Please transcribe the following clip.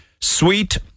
sweet